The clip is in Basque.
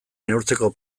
neurtzeko